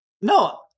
no